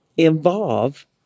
involve